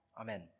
Amen